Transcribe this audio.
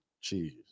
cheese